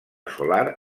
solar